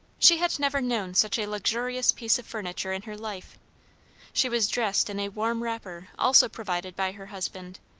she had never known such a luxurious piece of furniture in her life she was dressed in a warm wrapper also provided by her husband,